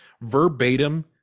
verbatim